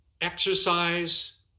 exercise